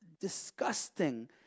disgusting